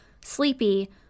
Sleepy